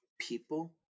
people